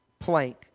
Plank